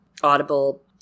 Audible